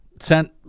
sent